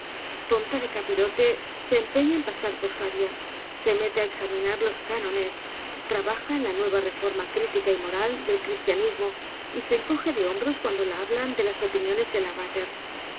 tonta de capirote se empeña en pasar por sabia se mete á examinar los cánones trabaja en la nueva reforma crítica y moral del cristianismo y se encoje de hombros cuando la hablan de las opiniones de